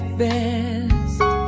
best